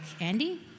Andy